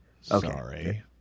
Sorry